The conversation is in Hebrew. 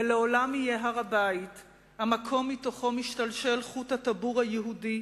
ולעולם יהיה הר-הבית המקום שמתוכו משתלשל חבל הטבור היהודי,